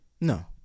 No